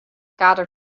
kader